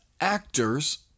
actors